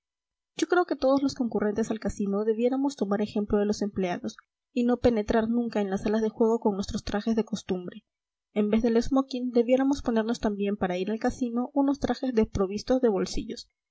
yo creo que todos los concurrentes al casino debiéramos tomar ejemplo de los empleados y no penetrar nunca en las salas de juego con nuestros trajes de costumbre en vez del smocking debiéramos ponernos también para ir al casino unos trajes desprovistos de bolsillos